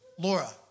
Laura